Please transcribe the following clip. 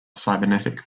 cybernetic